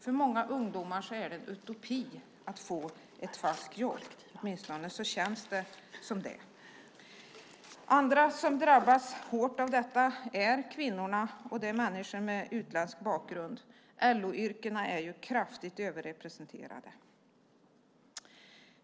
För många ungdomar är det en utopi att få ett fast jobb. Det känns åtminstone så. Andra som drabbas hårt av detta är kvinnor och människor med utländsk bakgrund. LO-yrkena är kraftigt överrepresenterade.